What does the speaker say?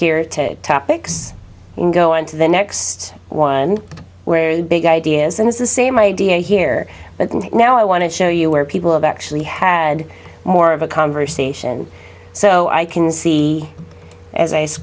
here topics go on to the next one where the big ideas and it's the same idea here but now i want to show you where people have actually had more of a conversation so i can see as